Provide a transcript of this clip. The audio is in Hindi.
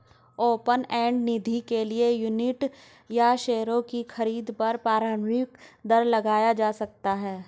ओपन एंड निधि के लिए यूनिट या शेयरों की खरीद पर प्रारम्भिक दर लगाया जा सकता है